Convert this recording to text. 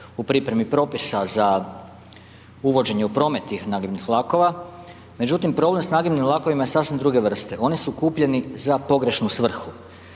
u pripremi propisa za uvođenje u promet tih nagibnih vlakova međutim problem s nagibnim vlakovima je sasvim druge vrste, oni su kupljeni za pogrešnu svrhu.